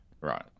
right